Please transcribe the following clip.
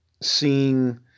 seeing